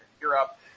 Europe